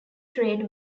trade